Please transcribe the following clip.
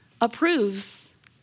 approves